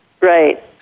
Right